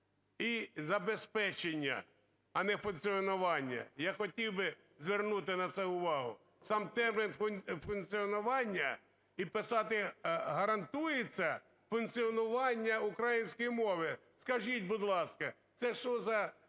і забезпечення, а не функціонування. Я хотів би звернути на це увагу. Сам термін "функціонування" і писати "гарантується функціонування української мови", скажіть, будь ласка, це що за